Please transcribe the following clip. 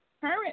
current